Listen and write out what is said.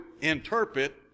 interpret